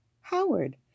Howard